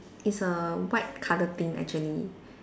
it's a white colour thing actually